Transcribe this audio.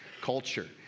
culture